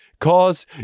Cause